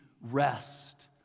rest